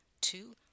two